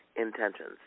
intentions